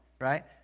right